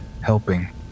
helping